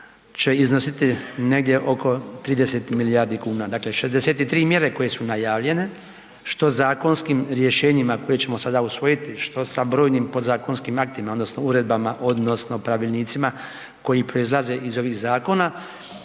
će iznositi negdje oko 30 milijardi kuna. Dakle 63 mjere koje su najavljene što zakonskim rješenjima koje ćemo sada usvojiti, što sa brojnim podzakonskim aktima odnosno uredbama odnosno pravilnicima koji proizlaze iz ovih zakona,